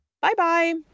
Bye-bye